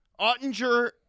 Ottinger